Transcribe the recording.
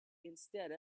instead